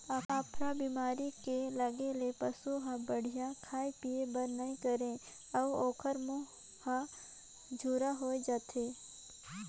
अफरा बेमारी के लगे ले पसू हर बड़िहा खाए पिए बर नइ करे अउ ओखर मूंह हर झूरा होय जाथे